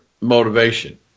motivation